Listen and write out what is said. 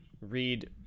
read